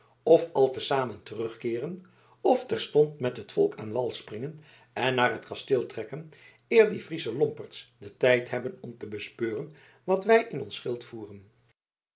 of al te zamen terugkeeren of terstond met het volk aan wal springen en naar het kasteel trekken eer die friesche lomperds den tijd hebben om te bespeuren wat wij in ons schild voeren